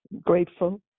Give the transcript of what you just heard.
grateful